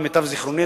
למיטב זיכרוני,